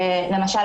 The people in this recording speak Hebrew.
למשל,